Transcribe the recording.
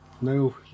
No